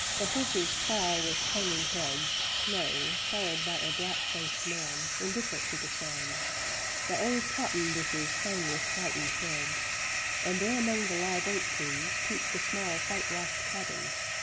the horses plow with hanging heads, slow, followed by a black-faced man, indifferent to the sun the old cotton bushes hang with whitened heads and there among the live-oak trees, peep the small whitewashed cabins,